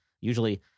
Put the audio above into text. Usually